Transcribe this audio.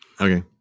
Okay